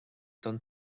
don